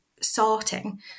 sorting